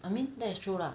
I mean that's true lah